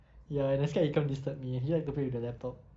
ya and I scared he come disturb me and he like to play with the laptop